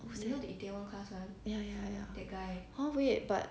ya ya ya hor wait but